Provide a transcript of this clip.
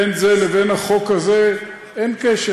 בין זה לבין החוק הזה אין קשר.